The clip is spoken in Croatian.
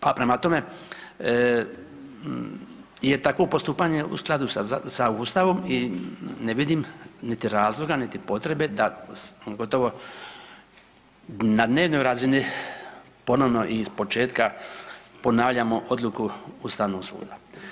Pa prema tome, je tako postupanje u skladu sa Ustavom i ne vidim niti razloga, niti potrebe da gotovo na dnevnoj razini ponovno iz početka ponavljamo odluku Ustavnog suda.